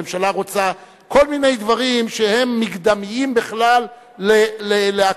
הממשלה רוצה כל מיני דברים שהם מקדמיים בכלל לקריאה